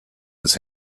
his